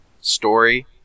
story